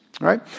right